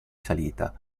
salita